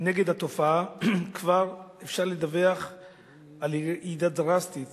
נגד התופעה כבר אפשר לדווח על ירידה דרסטית